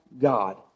God